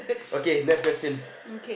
okay next question